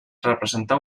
representà